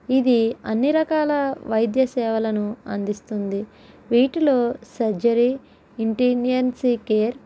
ఇది అన్ని రకాల వైద్య సేవలను అందిస్తుంది వీటిలో సర్జరీ ఇంటెన్సీవ్ కేర్